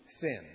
sin